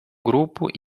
grupo